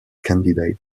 candidate